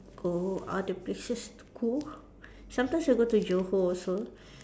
go other places to cool sometimes I go to Johor also